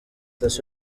des